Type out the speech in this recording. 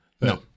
No